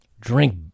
drink